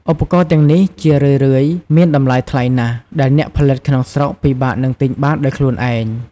ឧបករណ៍ទាំងនេះជារឿយៗមានតម្លៃថ្លៃណាស់ ដែលអ្នកផលិតក្នុងស្រុកពិបាកនឹងទិញបានដោយខ្លួនឯង។